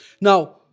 Now